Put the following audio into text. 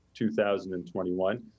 2021